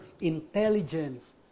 intelligence